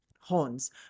horns